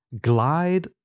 glide